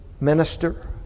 minister